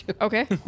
Okay